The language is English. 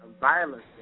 violence